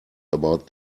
about